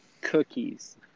cookies